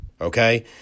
Okay